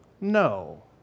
No